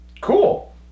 Cool